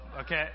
Okay